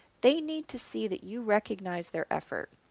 they need to see that you recognize their effort.